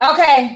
Okay